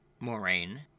Moraine